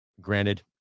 Granted